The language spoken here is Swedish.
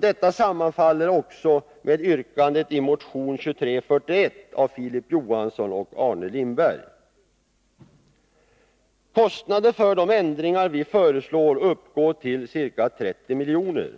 Detta sammanfaller också med yrkandet i motion 2341 av Filip Johansson och Arne Lindberg. Kostnaderna för de ändringar vi föreslår uppgår till ca 30 milj.kr.